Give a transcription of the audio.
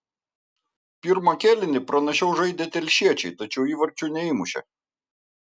pirmą kėlinį pranašiau žaidė telšiečiai tačiau įvarčių neįmušė